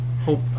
hope